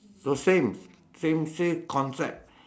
so same same say concept